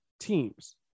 teams